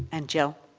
and joe.